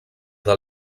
del